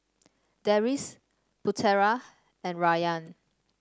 Deris Putera and Rayyan